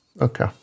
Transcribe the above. Okay